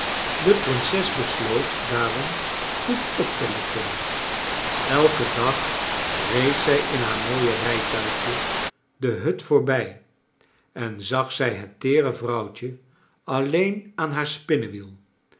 de prinses besloot daarom goed op te letten elken dag reed zij in haar mooie rijtuigje de hut voorbij en zag zij het teere vrouwtje alleen aan haar spinnewiel